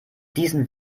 diesen